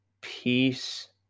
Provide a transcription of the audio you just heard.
peace